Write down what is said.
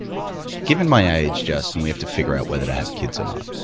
given my age, justin, we have to figure out whether to have kids or not.